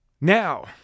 Now